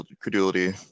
credulity